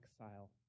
exile